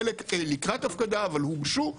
חלק לקראת הפקדה אבל הוגשו.